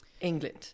England